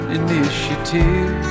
initiative